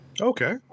Okay